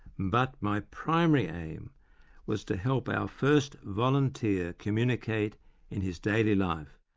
but my primary aim was to help our first volunteer communicate in his daily life.